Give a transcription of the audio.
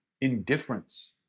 indifference